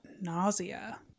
Nausea